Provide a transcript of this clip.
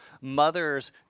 mothers